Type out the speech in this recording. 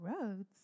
roads